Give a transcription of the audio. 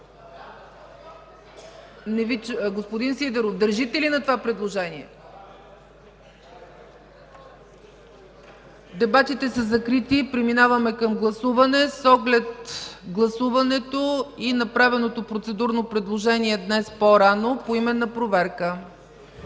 Господин Сидеров, държите ли на това предложение? (Реплики.) Дебатите са закрити. Преминаваме към гласуване. С оглед гласуването и направеното процедурно предложение днес по-рано – поименна проверка.